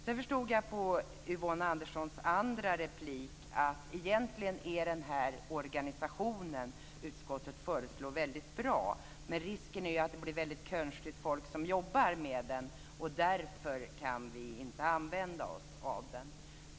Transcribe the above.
Jag förstod på Yvonne Anderssons andra replik att den organisation som utskottet föreslår egentligen är väldigt bra, men att risken är att det blir väldigt konstigt folk som jobbar med den. Därför kan vi alltså inte använda oss av den.